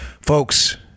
Folks